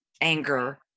anger